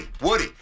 Woody